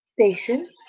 station